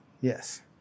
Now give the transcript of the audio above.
Yes